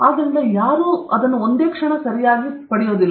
ಆದ್ದರಿಂದ ಯಾರೂ ಅದನ್ನು ಸರಿಯಾಗಿ ಪಡೆಯುವುದಿಲ್ಲ